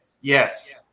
Yes